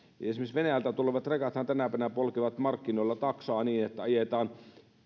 esimerkiksi venäjältä tulevat rekathan tänäpänä polkevat markkinoilla taksaa niin että ajetaan